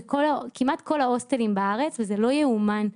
זה כמעט כל ההוסטלים בארץ וזה לא יאומן.